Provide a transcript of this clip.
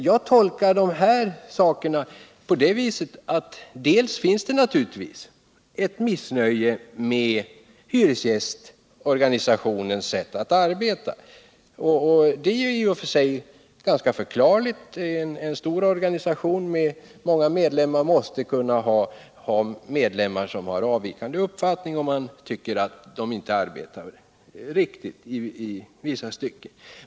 Jag tolkar situationen på följande vis: Naturligtvis finns det ett missnöje med hyresgästorganisationens sätt att arbeta, och det är i och för sig ganska förklarligt. I en stor organisation med många medlemmar måste det finnas några som har en avvikande uppfattning och tycker att organisationen inte arbetar riktigt i vissa stycken.